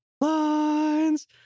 lines